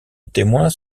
témoins